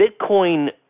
Bitcoin